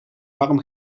warm